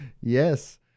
Yes